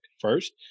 first